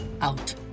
Out